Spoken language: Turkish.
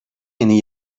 yeni